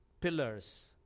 pillars